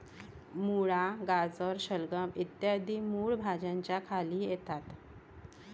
मुळा, गाजर, शलगम इ मूळ भाज्यांच्या खाली येतात